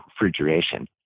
refrigeration